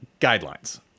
guidelines